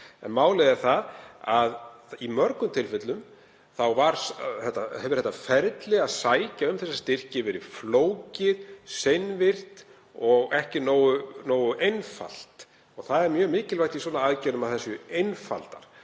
En málið er það að í mörgum tilfellum hefur þetta ferli, að sækja um þessa styrki, verið flókið, seinvirkt og ekki nógu einfalt. Það er mjög mikilvægt í svona aðgerðum að þær séu einfaldar.